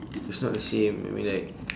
it's not the same I mean like